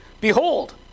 Behold